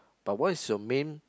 but what is your main